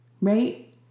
Right